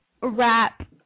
wrap